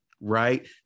right